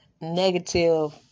negative